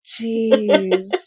Jeez